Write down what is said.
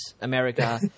America